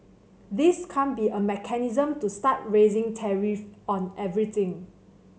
this can't be a mechanism to start raising tariff on everything